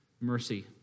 mercy